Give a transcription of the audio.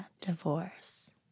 divorce